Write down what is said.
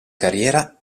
carriera